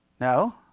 No